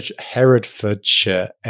Herefordshire